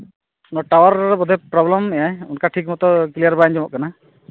ᱚᱱᱟ ᱴᱟᱣᱟᱨ ᱵᱳᱫᱷᱚᱭ ᱯᱨᱚᱵᱞᱮᱢᱮᱫ ᱟᱭ ᱚᱱᱠᱟ ᱴᱷᱤᱠ ᱢᱚᱛᱚ ᱠᱞᱤᱭᱟᱨ ᱵᱟᱭ ᱟᱸᱡᱚᱢᱚᱜ ᱠᱟᱱᱟ